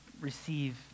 receive